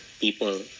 people